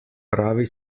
pravi